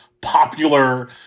popular